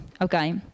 Okay